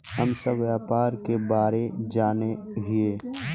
हम सब व्यापार के बारे जाने हिये?